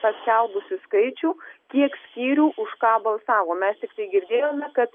paskelbusi skaičių kiek skyrių už ką balsavo mes tiktai girdėjome kad